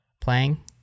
playing